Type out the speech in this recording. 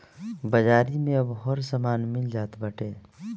बाजारी में अब हर समान मिल जात बाटे